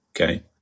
okay